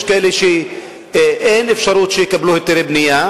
יש כאלה שאין אפשרות שיקבלו היתרי בנייה,